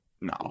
No